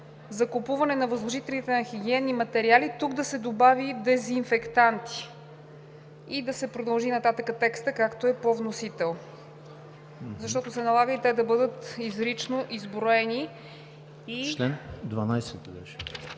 „закупуване от възложителите на хигиенни материали“ – тук да се добави „дезинфектанти“ и текстът да продължи нататък, както е по вносител, защото се налага и те да бъдат изрично изброени.